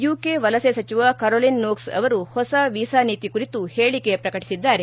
UK ವಲಸೆ ಸಚಿವ Caroline Noakes ಅವರು ಹೊಸ ವೀಸಾ ನೀತಿ ಕುರಿತು ಹೇಳಿಕೆ ಪ್ರಕಟಿಸಿದ್ದಾರೆ